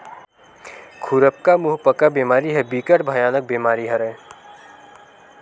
खुरपका मुंहपका बेमारी ह बिकट भयानक बेमारी हरय